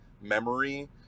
memory